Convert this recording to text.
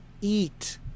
eat